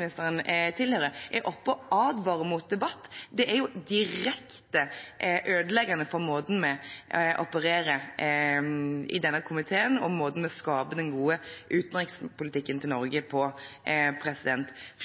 er oppe og advarer mot debatt. Det er direkte ødeleggende for måten vi opererer på i denne komiteen og for måten vi skaper den gode utenrikspolitikken til Norge på.